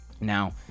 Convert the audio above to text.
Now